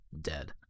dead